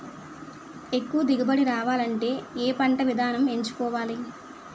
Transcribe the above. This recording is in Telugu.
ఎక్కువ దిగుబడి రావాలంటే ఏ పంట విధానం ఎంచుకోవాలి?